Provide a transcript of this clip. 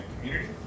community